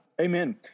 Amen